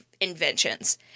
inventions